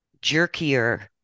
jerkier